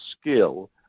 skill